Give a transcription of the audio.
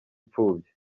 impfubyi